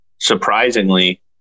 surprisingly